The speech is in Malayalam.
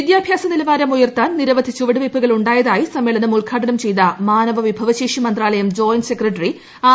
വിദ്യാഭ്യാസ നിലവാരം ഉയർത്താൻ നിരവധി ചുവടുവയ്പ്പുകൾ ഉണ്ടായതായി സമ്മേളനം ഉദ്ഘാടനം ചെയ്ത മാനവ വിഭവശേഷി മന്ത്രാലയം ജോയിന്റ് സെക്രട്ടറി ആർ